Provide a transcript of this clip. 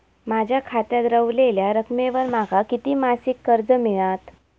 माझ्या खात्यात रव्हलेल्या रकमेवर माका किती मासिक कर्ज मिळात?